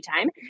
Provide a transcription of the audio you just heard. time